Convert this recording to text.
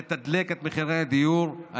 שמתדלק את מחירי הדיור.